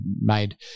made